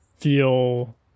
feel